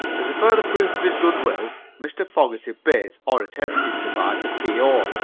as a further proof of his good will mr. fogerty bit, or attempted to bite, a p o.